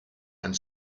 and